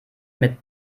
mit